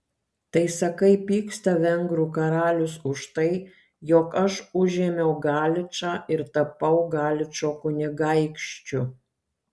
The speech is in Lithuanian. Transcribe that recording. tai sakai pyksta vengrų karalius už tai jog aš užėmiau galičą ir tapau galičo kunigaikščiu